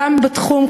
גם בתחום,